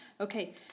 Okay